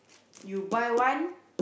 you buy one